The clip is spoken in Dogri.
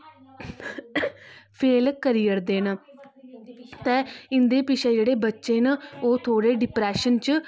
फेल करी ओड़दे न ते इंदे पिच्छें जेह्ड़े बच्चे न ओह् थोह्ड़े डिप्रेशन च